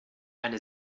eine